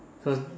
cause